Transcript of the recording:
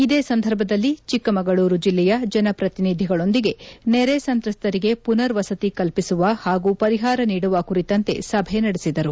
ಇದೇ ಸಂದರ್ಭದಲ್ಲಿ ಚಿಕ್ಕಮಗಳೂರು ಜಿಲ್ಲೆಯ ಜನಪ್ರತಿನಿಧಿಗಳೊಂದಿಗೆ ನೆರೆ ಸಂತ್ರಸ್ತರಿಗೆ ಪುನರ್ ವಸತಿ ಕಲ್ಪಿಸುವ ಹಾಗೂ ಪರಿಹಾರ ನೀಡುವ ಕುರಿತಂತೆ ಸಭೆ ನಡೆಸಿದರು